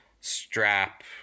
strap